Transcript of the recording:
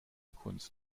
kunst